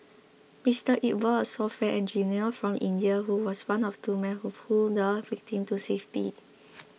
Mister Iqbal a software engineer from India who was one of two men who pulled the victim to safety